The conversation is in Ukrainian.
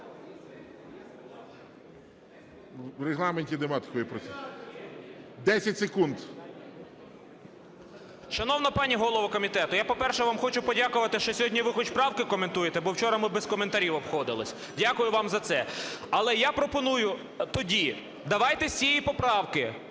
10 секунд. 11:48:03 КРУЛЬКО І.І. Шановна пані голово комітету, я, по-перше, вам хочу подякувати, що сьогодні ви хоч правки коментуєте, бо вчора ми без коментарів обходилися, дякую вам за це. Але я пропоную, тоді давайте з цієї поправки…